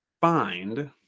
find